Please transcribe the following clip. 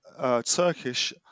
Turkish